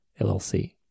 LLC